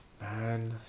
Man